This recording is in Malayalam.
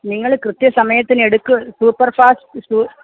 നിങ്ങള് കൃത്യസമയത്തിന് എടുക്ക് സൂപ്പർ ഫാസ്റ്റ് സൂ